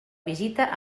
visita